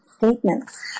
statements